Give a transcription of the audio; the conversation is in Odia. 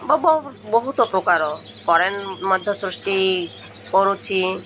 ବହୁ ବହୁତ ପ୍ରକାର କରେଣ୍ଟ ମଧ୍ୟ ସୃଷ୍ଟି କରୁଛି